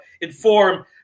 inform